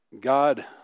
God